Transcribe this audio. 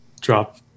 drop